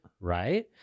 Right